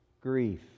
grief